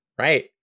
Right